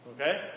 Okay